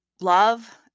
love